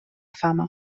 fama